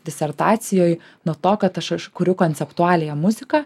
disertacijoj nuo to kad aš aš kuriu konceptualiąją muziką